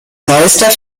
neuester